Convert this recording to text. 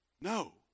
No